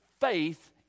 faith